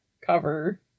cover